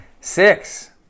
Six